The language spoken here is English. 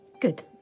Good